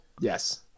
Yes